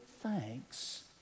thanks